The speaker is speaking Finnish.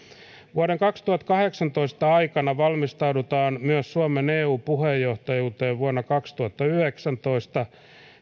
vuoden kaksituhattakahdeksantoista aikana valmistaudutaan myös suomen eu puheenjohtajuuteen vuonna kaksituhattayhdeksäntoista